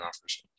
offers